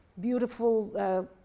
Beautiful